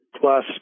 plus